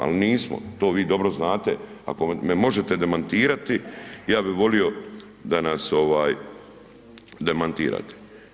Ali nismo, to vi dobro znate ako me možete demantirati, ja bih volio da nas demantirate.